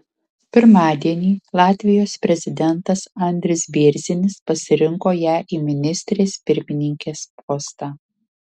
pirmadienį latvijos prezidentas andris bėrzinis pasirinkto ją į ministrės pirmininkės postą